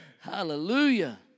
Hallelujah